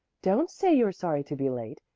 don't say you're sorry to be late.